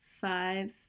five